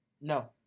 No